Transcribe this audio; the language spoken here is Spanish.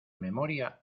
memoria